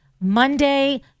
Monday